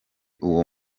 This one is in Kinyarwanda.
uwo